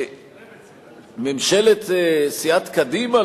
סיעת קדימה,